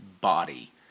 body